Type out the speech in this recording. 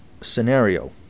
scenario